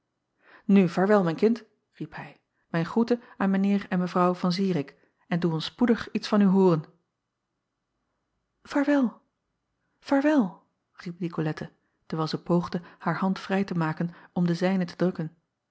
vaarwel mijn kind riep hij mijn groete aan mijn eer en evrouw an irik en doe ons spoedig iets van u hooren aarwel vaarwel riep icolette terwijl zij poogde haar hand vrij te maken om de zijne te drukken